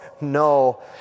No